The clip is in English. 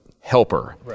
helper